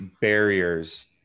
barriers